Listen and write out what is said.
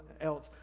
else